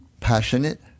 passionate